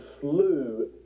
slew